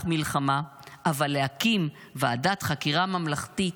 מלחמה אבל להקים ועדת חקירה ממלכתית,